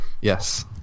yes